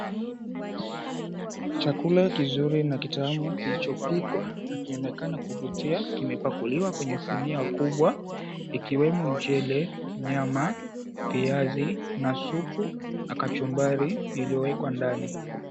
Chakula kizuri na kitamu kilichopikwa na kinaonekana kuvutia kimepakuliwa kwenye sinia kubwa ikiwemo mchele, nyama, viazi, na supu, na kachumbari iliyowekwa ndani.